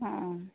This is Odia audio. ହଁ